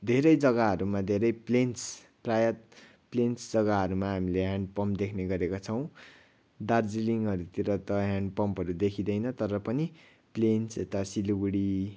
धेरै जग्गाहरूमा धेरै प्लेन्स प्रायः प्लेन्स जग्गाहरूमा हामीले ह्यान्ड पम्प देख्ने गरेका छौँ दार्जिलिङहरूतिर त ह्यान्ड पम्पहरू देखिँदैन तर पनि प्लेन्स यता सिलगढी